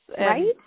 Right